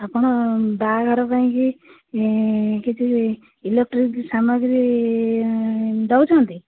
ଆପଣ ବାହାଘର ପାଇଁ କିଛି ଇଲେକ୍ଟ୍ରିକ୍ ସାମଗ୍ରୀ ଦେଉଛନ୍ତି